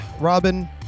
Robin